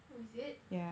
oh is it